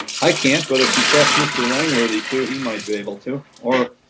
i can't but if you trust mr. langworthy to, he might be able to or